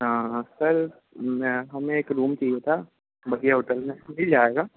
हाँ सर मैं हमें एक रूम चाहिए था बढ़िया होटल में मिल जाएगा